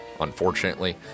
unfortunately